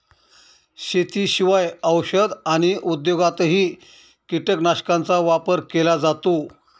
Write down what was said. शेतीशिवाय औषध आणि उद्योगातही कीटकनाशकांचा वापर केला जातो